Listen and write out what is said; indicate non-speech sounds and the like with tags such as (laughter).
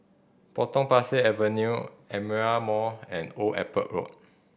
Potong Pasir Avenue Aperia Mall and Old Airport Road (noise)